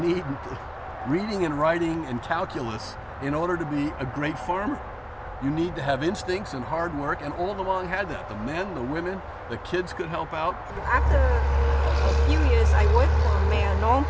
need reading and writing and calculus in order to be a great form you need to have instincts and hard work and on the one hand that the men and women the kids could help out